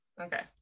Okay